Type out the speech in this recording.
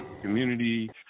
community